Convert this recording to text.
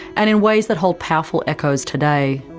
and in ways that hold powerful echoes today,